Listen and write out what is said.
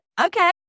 okay